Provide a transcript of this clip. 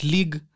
League